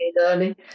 early